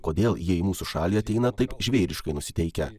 kodėl jie į mūsų šalį ateina taip žvėriškai nusiteikę